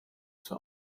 zur